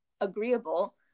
agreeable